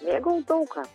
mėgau daug ką